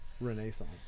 Renaissance